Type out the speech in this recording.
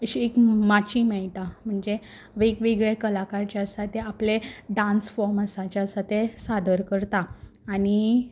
अशी एक माची मेयटा म्हणजे वेगवेगळे कलाकार जे आसा ते आपले डान्स फोर्म्सा जे आसा ते सादर करता आनी